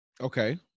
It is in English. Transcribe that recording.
Okay